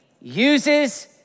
uses